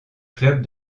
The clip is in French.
club